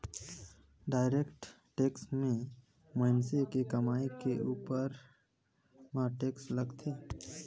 direct tax में मइनसे के कमई के उपर म टेक्स लगथे